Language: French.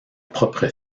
propre